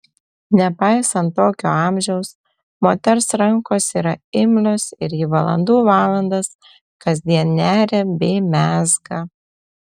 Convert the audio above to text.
nepaisant tokio amžiaus moters rankos yra imlios ir ji valandų valandas kasdien neria bei mezga